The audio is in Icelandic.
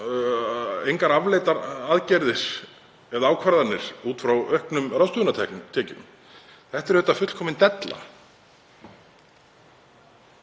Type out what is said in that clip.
engar afleiddar aðgerðir eða ákvarðanir út frá auknum ráðstöfunartekjum. Það er auðvitað fullkomin della